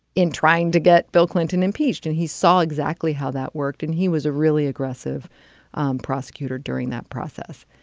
in trying to get bill clinton impeached. and he saw exactly how that worked. and he was a really aggressive prosecutor during that process.